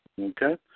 Okay